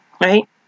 right